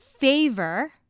Favor